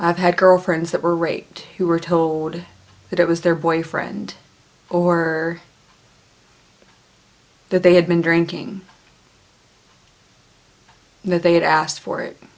i've had girlfriends that were raped who were told that it was their boyfriend or that they had been drinking and that they had asked for it